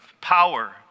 power